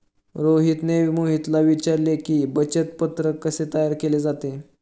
रोहितने मोहितला विचारले की, बचत पत्रक कसे तयार केले जाते?